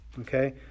okay